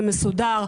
זה מסודר,